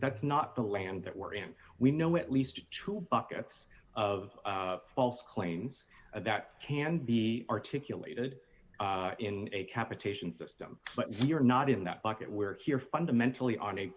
that's not the land that we're in we know at least a true buckets of false claims that can be articulated in a capitation system but we're not in that bucket where here fundamentally on